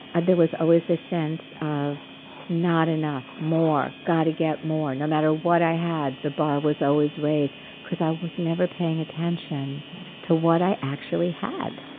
there was always a sense of not enough, more, got to get more, no matter what i had, the bar was always raised because i was never paying attention to what i actually had.